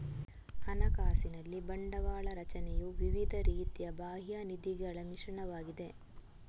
ಹಣಕಾಸಿನಲ್ಲಿ ಬಂಡವಾಳ ರಚನೆಯು ವಿವಿಧ ರೀತಿಯ ಬಾಹ್ಯ ನಿಧಿಗಳ ಮಿಶ್ರಣವಾಗಿದೆ